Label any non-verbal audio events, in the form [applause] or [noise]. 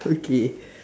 okay [breath]